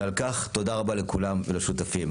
ועל כך תודה רבה לכולם ולשותפים.